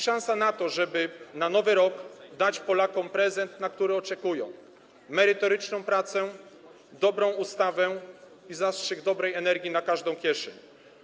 Szansa na to, żeby na Nowy Rok dać Polakom prezent, na który czekają: merytoryczną pracę, dobrą ustawę i zastrzyk dobrej energii na każdą kieszeń.